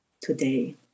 today